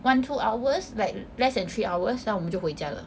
one two hours like less than three hours then 我们就回家了